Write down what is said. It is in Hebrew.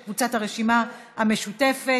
של קבוצת הרשימה המשותפת.